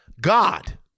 God